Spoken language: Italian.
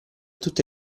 tutte